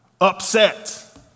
upset